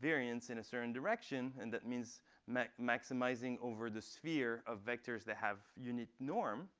variance in a certain direction. and that means maximizing over the sphere of vectors that have unique norm.